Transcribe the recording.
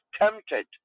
tempted